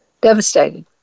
devastated